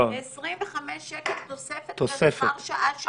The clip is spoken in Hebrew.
לא, 25 שקל תוספת לשכר שעה שלהם.